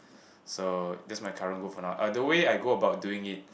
so that's my current goal for now ah the way I go about doing it